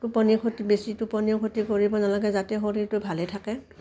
টোপনিৰ খতি বেছি টোপনিৰ ক্ষতি কৰিব নালাগে যাতে শৰীৰটো ভালে থাকে